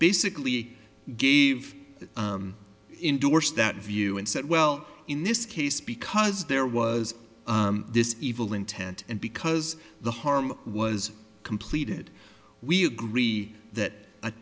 basically gave indorse that view and said well in this case because there was this evil intent and because the harm was completed we agree that